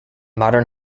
modern